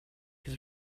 his